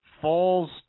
falls